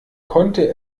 konnte